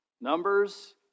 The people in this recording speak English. Numbers